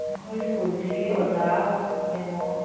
ꯑꯩꯈꯣꯏ ꯁ꯭ꯀꯨꯜꯁꯤꯒꯤ ꯑꯣꯖꯥ ꯀꯩꯅꯣ